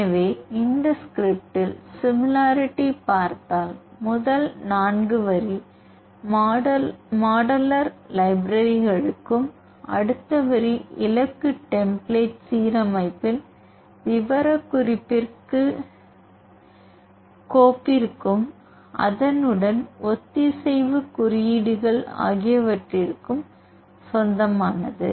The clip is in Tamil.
எனவே இந்த ஸ்கிரிப்ட்டில் சிமிலாரிட்டி பார்த்தால் முதல் 4 வரி மாடலர் லைப்ரரிகளுக்கும் அடுத்த வரி இலக்கு டெம்ப்ளேட் சீரமைப்பின் விவரக்குறிப்பு கோப்பிற்கும் அதனுடன் ஒத்திசைவு குறியீடுகள் ஆகியவற்றுக்கும் சொந்தமானது